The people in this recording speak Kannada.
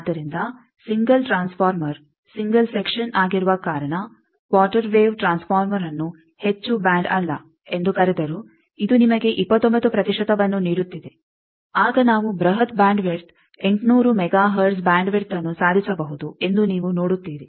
ಆದ್ದರಿಂದ ಸಿಂಗಲ್ ಟ್ರಾನ್ಸ್ ಫಾರ್ಮರ್ ಸಿಂಗಲ್ ಸೆಕ್ಷನ್ಆಗಿರುವ ಕಾರಣ ಕ್ವಾರ್ಟರ್ ವೇವ್ ಟ್ರಾನ್ಸ್ ಫಾರ್ಮರ್ಅನ್ನು ಹೆಚ್ಚು ಬ್ಯಾಂಡ್ ಅಲ್ಲ ಎಂದು ಕರೆದರೂ ಇದು ನಿಮಗೆ 29 ಪ್ರತಿಶತವನ್ನು ನೀಡುತ್ತಿದೆ ಆಗ ನಾವು ಬೃಹತ್ ಬ್ಯಾಂಡ್ ವಿಡ್ತ್ 800 ಮೆಗಾ ಹರ್ಟ್ಜ್ ಬ್ಯಾಂಡ್ ವಿಡ್ತ್ಅನ್ನು ಸಾಧಿಸಬಹುದು ಎಂದು ನೀವು ನೋಡುತ್ತೀರಿ